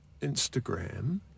Instagram